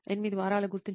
8 వారాలు గుర్తుంచుకో